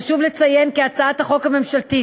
חשוב לציין כי הצעת החוק הממשלתית,